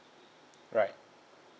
right